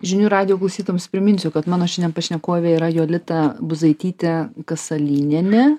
žinių radijo klausytojams priminsiu kad mano pašnekovė yra jolita buzaitytė kasalynienė